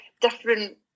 different